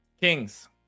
Kings